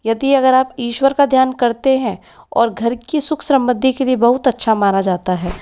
यदि अगर आप ईश्वर का ध्यान करते हैं और घर की सुख समृद्धि के लिए बहुत अच्छा माना जाता है